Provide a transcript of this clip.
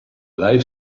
live